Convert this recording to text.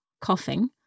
coughing